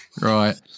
right